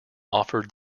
offered